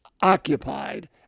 occupied